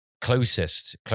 closest